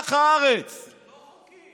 מלח הארץ, זה לא חוקי.